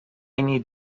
need